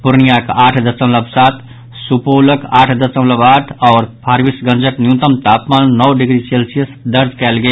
पूर्णियाक आठ दशमलव सात सुपौलक आठ दशमलव आठ आओर फारबिसगंजक न्यूनतम तापमान नओ डिग्री सेल्सियस दर्ज कयल गेल